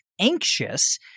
anxious